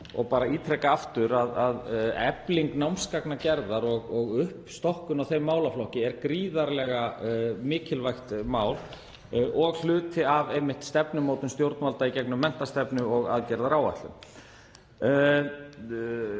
og ítreka aftur að efling námsgagnagerðar og uppstokkun í þeim málaflokki er gríðarlega mikilvægt mál og hluti af stefnumótun stjórnvalda í gegnum menntastefnu og aðgerðaáætlun.